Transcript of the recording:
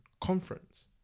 conference